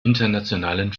internationalen